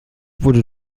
wurde